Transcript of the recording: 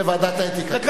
את זה ועדת האתיקה תשאל.